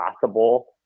possible